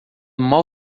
mal